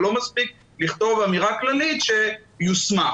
זה לא מספיק לכתוב אמירה כללית שהוא יוסמך.